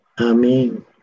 Amen